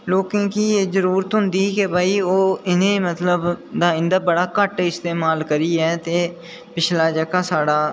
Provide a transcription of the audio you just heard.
लोकें गी भई एह् जरूरत होंदी कि ओह् भई इंदा बड़ा घट्ट इस्तेमाल करियै पिछला जेह्का साढ़ा